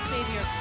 Savior